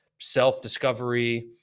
self-discovery